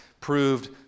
proved